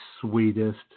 sweetest